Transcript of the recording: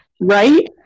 Right